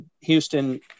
Houston